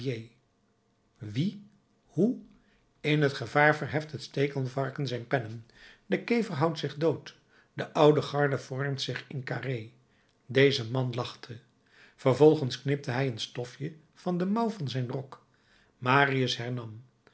wie hoe in het gevaar verheft het stekelvarken zijn pennen de kever houdt zich dood de oude garde vormt zich in carré deze man lachte vervolgens knipte hij een stofje van de mouw van zijn rok marius hernam